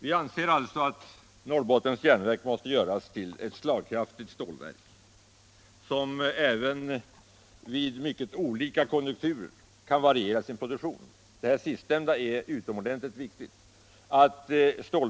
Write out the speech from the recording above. Vi anser alltså att Norrbottens Järnverk måste göras till ett slagkraftigt stålverk, som även vid mycket olika konjunkturer kan variera sin produktion. Det sistnämnda anser vi vara utomordentligt viktigt.